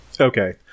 Okay